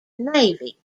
navy